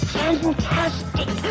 fantastic